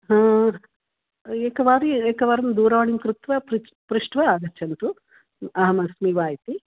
एकवारम् एकवारं दूरवाणीं कृत्वा पृ् पृष्ट्वा आगच्छन्तु अहम अस्मि वा इति